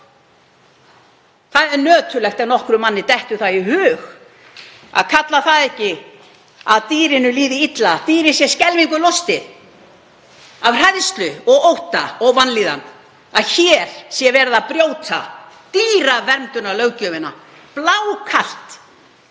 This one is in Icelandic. Það er nöturlegt ef nokkrum manni detti það í hug að kalla það ekki að dýrinu líði illa, dýrið sé skelfingu lostið af hræðslu og ótta og vanlíðan, að hér sé verið að brjóta dýraverndarlöggjöfina blákalt